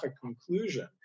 conclusion